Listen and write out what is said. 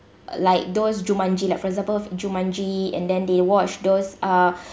like those jumanji like for example of jumanji and then they watch those uh